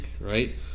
right